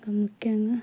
ఇంక ముఖ్యంగా